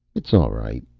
it's all right.